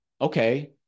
okay